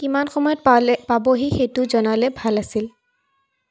কিমান সময়ত পালে পাবহি সেইটো জনালে ভাল আছিল